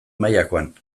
mailakoan